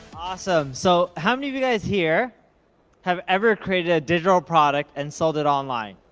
awesome, so how many of you guys here have ever created a digital product and sold it online?